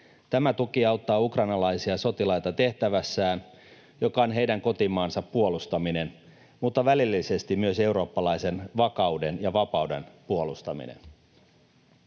Tämä tuki auttaa ukrainalaisia sotilaita tehtävässään, joka on heidän kotimaansa puolustaminen mutta välillisesti myös eurooppalaisen vakauden ja vapauden puolustaminen.